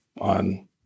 on